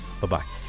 Bye-bye